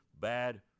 bad